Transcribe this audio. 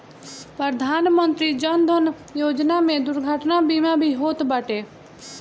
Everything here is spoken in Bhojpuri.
प्रधानमंत्री जन धन योजना में दुर्घटना बीमा भी होत बाटे